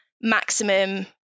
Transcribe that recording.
maximum